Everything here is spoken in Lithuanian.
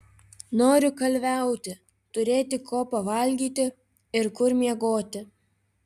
noriu kalviauti turėti ko pavalgyti ir kur miegoti